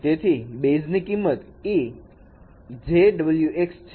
તેથી બેઝ ની કિંમત e−jωx છે